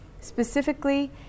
specifically